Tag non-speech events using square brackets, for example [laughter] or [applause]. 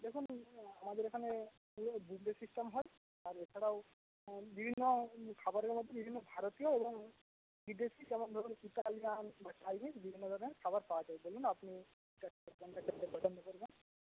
দেখুন আমাদের এখানে বুফে সিস্টেম হয় আর এছাড়াও বিভিন্ন খাবারের মধ্যে বিভিন্ন ভারতীয় এবং বিদেশি যেমন ধরুন ইটালিয়ান বা চাইনিজ বিভিন্ন ধরনের খাবার পাওয়া যায় বলুন আপনি [unintelligible] পছন্দ করবেন